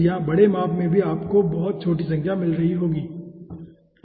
और यहाँ बड़े माप में भी आपको बहुत छोटी संख्या मिल रही होगी ठीक है